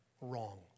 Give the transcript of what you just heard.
wrong